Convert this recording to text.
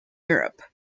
europe